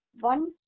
One